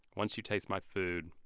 once you taste my food,